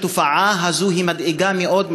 התופעה הזאת מדאיגה מאוד,